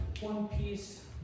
one-piece